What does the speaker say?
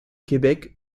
québec